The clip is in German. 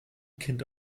kind